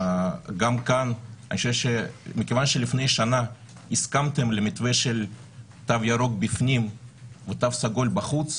גם כאן מכיוון שלפני שנה הסכמתם למתווה של תו ירוק בפנים ותו סגול בחוץ,